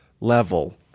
level